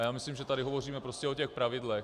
Já myslím, že tady hovoříme prostě o těch pravidlech.